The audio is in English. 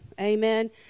Amen